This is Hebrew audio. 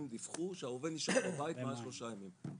דיווחו שהעובד נשאר בבית מעל שלושה ימים,